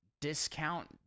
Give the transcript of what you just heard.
discount